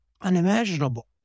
Unimaginable